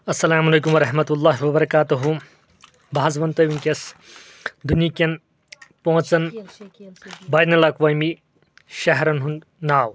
السلام علیکم ورحمۃ اللہ وبرکاتہُ بہٕ حظ ونہٕ تۄہہ ونٚکیٚس دنہیٖکٮ۪ن پانٛژن بین الاقوٲمی شہرن ہُنٛد ناو